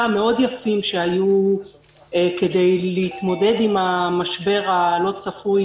יפים מאוד שהיו כדי להתמודד עם המשבר הלא צפוי